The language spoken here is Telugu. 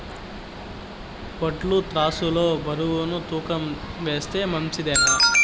వడ్లు త్రాసు లో బరువును తూకం వేస్తే మంచిదేనా?